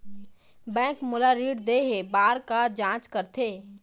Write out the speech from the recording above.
Bank मोला ऋण देहे बार का का जांच करथे?